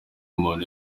umuntu